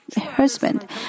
husband